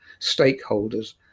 stakeholders